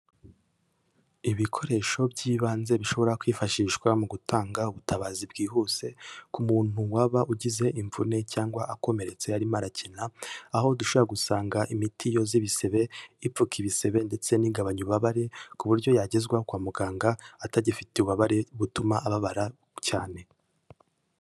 Ibikoresho by'ibanze bishobora kwifashishwa mu gutanga ubutabazi bwihuse ku muntu waba ugize imvune cyangwa akomeretse arimo arakina, aho dushobora gusanga imiti yoza ibisebe, ipfuka ibisebe ndetse n'igabanya ububabare ku buryo yagezwa kwa muganga atagifite ububabare butuma ababara cyane.